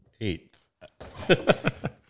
eighth